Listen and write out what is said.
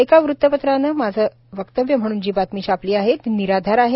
एका वृत्तपत्राने माझे वक्तव्य म्हणून जी बातमी छापली ती निराधार आहे